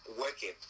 working